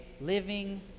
living